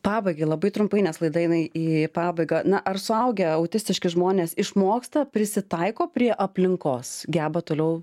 pabaigai labai trumpai nes laida eina į pabaigą na ar suaugę autistiški žmonės išmoksta prisitaiko prie aplinkos geba toliau